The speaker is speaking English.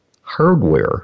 hardware